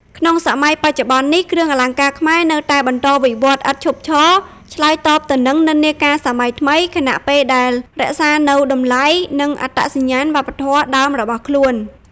ក្នុងសម័យបច្ចុប្បន្ននេះ គ្រឿងអលង្ការខ្មែរនៅតែបន្តវិវត្តន៍ឥតឈប់ឈរ ឆ្លើយតបទៅនឹងនិន្នាការសម័យថ្មី ខណៈពេលដែលរក្សានូវតម្លៃ និងអត្តសញ្ញាណវប្បធម៌ដើមរបស់ខ្លួន។